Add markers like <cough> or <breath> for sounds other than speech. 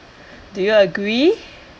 <breath> do you agree <breath>